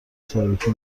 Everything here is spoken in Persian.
تاریکی